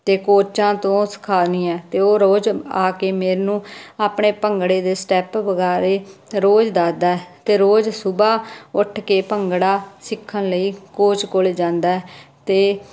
ਅਤੇ ਕੋਚਾਂ ਤੋਂ ਸਿਖਾਉਂਦੀ ਹਾਂ ਅਤੇ ਉਹ ਰੋਜ਼ ਆ ਕੇ ਮੈਨੂੰ ਆਪਣੇ ਭੰਗੜੇ ਦੇ ਸਟੈਪ ਵਗੈਰਾ ਰੋਜ਼ ਦੱਸਦਾ ਅਤੇ ਰੋਜ਼ ਸੁਬਹਾ ਉੱਠ ਕੇ ਭੰਗੜਾ ਸਿੱਖਣ ਲਈ ਕੋਚ ਕੋਲ ਜਾਂਦਾ ਅਤੇ